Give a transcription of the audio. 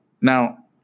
now